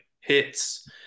hits